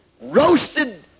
roasted